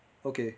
okay